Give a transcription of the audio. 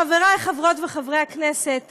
חבריי חברות וחברי הכנסת,